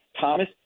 Thomas